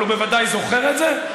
אבל הוא בוודאי זוכר את זה.